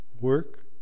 work